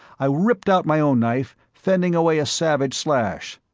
i ripped out my own knife, fending away a savage slash.